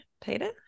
Peter